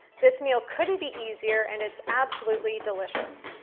this meal couldn't be easier and it's absolutely delicious.